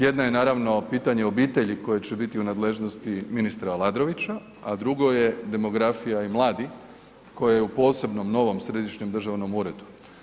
Jedna je naravno, pitanje obitelji koja će biti u nadležnosti ministra Aladrovića, a drugo je demografija i mladi koje je u posebnom, novom središnjem državnom uredu.